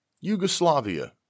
Yugoslavia